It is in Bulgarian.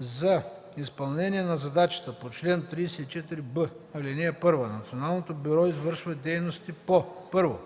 За изпълнение на задачата по чл. 34б, ал. 1 Националното бюро извършва дейности по: 1.